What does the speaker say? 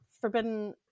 Forbidden